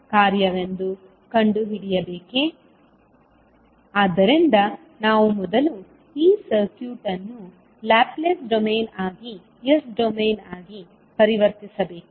ಆದ್ದರಿಂದ ನಾವು ಮೊದಲು ಈ ಸರ್ಕ್ಯೂಟ್ ಅನ್ನು ಲ್ಯಾಪ್ಲೇಸ್ ಡೊಮೇನ್ ಆಗಿ ಎಸ್ ಡೊಮೇನ್ ಆಗಿ ಪರಿವರ್ತಿಸಬೇಕು